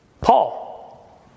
Paul